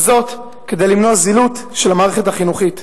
וזאת כדי למנוע זילות של המערכת החינוכית.